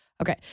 Okay